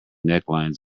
necklines